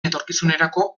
etorkizunerako